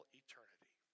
eternity